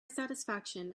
satisfaction